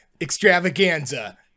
Extravaganza